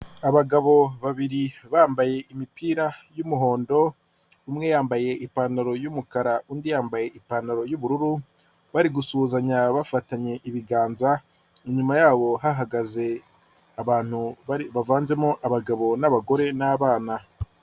Abagabo babiri bambaye imipira y'umuhondo umwe yambaye ipantaro yumukara undi yambaye ipantaro y'ubururu, bari gusuhuzanya bafatanye ibiganza inyuma yabo hahagaze abantu bavanzemo abagabo, n'abagore n'abana.